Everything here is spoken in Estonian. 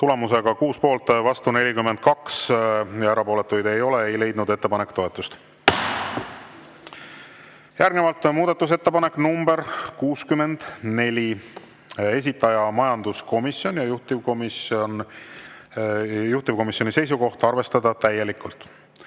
Tulemusega 6 poolt, vastuolijaid 42 ja erapooletuid ei ole, ei leidnud ettepanek toetust. Järgnevalt muudatusettepanek nr 64, esitaja majanduskomisjon, juhtivkomisjoni seisukoht on arvestada täielikult.